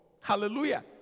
Hallelujah